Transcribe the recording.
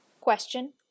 Question